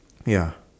ya